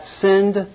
send